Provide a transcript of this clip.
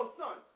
son